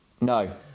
no